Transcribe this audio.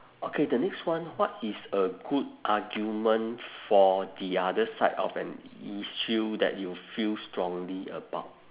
okay the next one what is a good argument for the other side of an issue that you feel strongly about